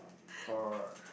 for